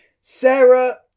Sarah